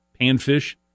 panfish